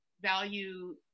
value